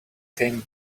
came